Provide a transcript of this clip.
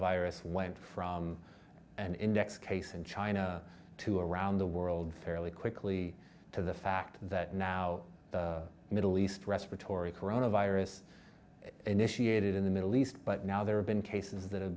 virus went from an index case in china to around the world fairly quickly to the fact that now the middle east respiratory corona virus initiated in the middle east but now there have been cases that have